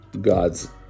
god's